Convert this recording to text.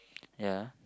ya